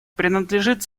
принадлежит